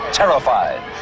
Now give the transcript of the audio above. terrified